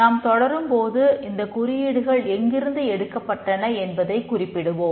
நாம் தொடரும் போது இந்தக் குறியீடுகள் எங்கிருந்து எடுக்கப்பட்டன என்பதைக் குறிப்பிடுவோம்